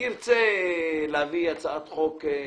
מנסה להתחכם או